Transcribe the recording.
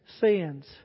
Sins